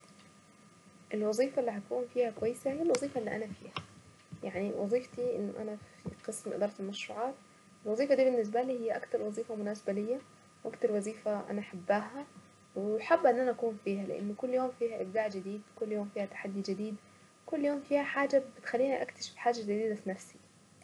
الوظيفة اللي هكون فيها كويسة هي الوظيفة اللي انا فيها يعني وظيفتي انه انا في قسم ادارة المشروعات وظيفتها دي بالنسبة لي هي اكثر وظيفة مناسبة لي واكتر وظيفة انا احباها وحابة ان انا اكون فيها لانه كل يوم فيها ابداع جديد كل يوم فيها تحدي جديد كل يوم فيها حاجة بتخليني اكتشف حاجة جديدة نفسي.